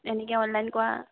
এনেকৈ অনলাইন কৰা